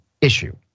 issue